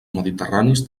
mediterranis